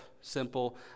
simple